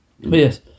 Yes